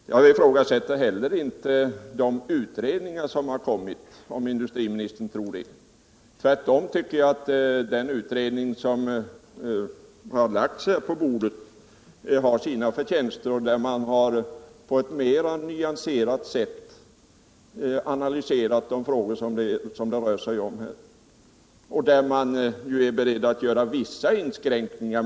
Jag ifrågasätter inte heller de utredningsresultat som lagts fram, om industriministern tror det. Tvärtom tycker jag att det utredningsbetänkande som lagts fram har vissa förtjänster, och man har där på ett mera nyanserat sätt än tidigare analyserat de frågor det här rör sig om. Utredningens ledamöter är också beredda att göra vissa inskränkningar.